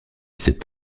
c’est